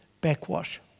backwash